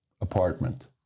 Apartment